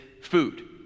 food